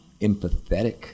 empathetic